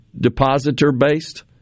depositor-based